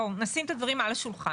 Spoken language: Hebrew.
בואו, נשים את הדברים על השולחן.